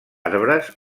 arbres